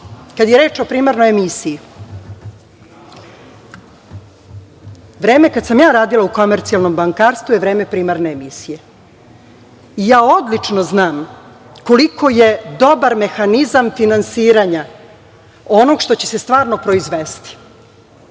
je reč o primarnoj emisiji, vreme kada sam ja radila u komercijalnom bankarstvu je vreme primarne emisije i ja odlično znam koliko je dobar mehanizam finansiranja onog što će se stvarno proizvesti.